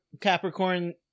Capricorn